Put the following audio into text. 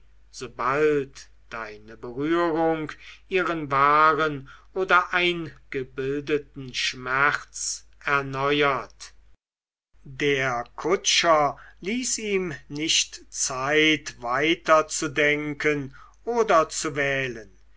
sobald deine berührung ihren wahren oder eingebildeten schmerz erneuert der kutscher ließ ihm nicht zeit weiter zu denken oder zu wählen